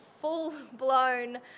full-blown